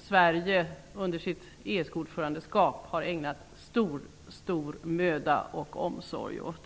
Sverige har under sitt ESK-ordförandeskap ägnat stor möda och omsorg om Kosovofrågan.